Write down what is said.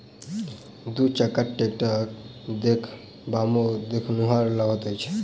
दू चक्का टेक्टर देखबामे देखनुहुर लगैत अछि